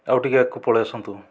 ଆଉ ଟିକେ ଆଗକୁ ପଳାଇ ଆସନ୍ତୁ